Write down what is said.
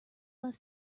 left